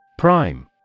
Prime